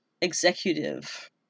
Executive